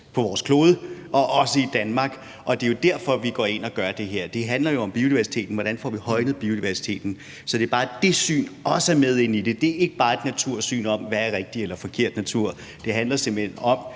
på vores klode og også i Danmark. Det er jo derfor, vi går ind og gør det her. Det handler jo om biodiversiteten, og hvordan vi får højnet biodiversiteten. Så det er bare, fordi det syn også skal med i det. Det er ikke bare et natursyn om, hvad der er rigtig eller forkert natur. Det handler simpelt hen om